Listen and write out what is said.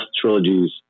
trilogies